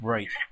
Right